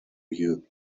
you